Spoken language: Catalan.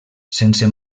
sense